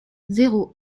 zéro